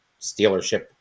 stealership